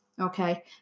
okay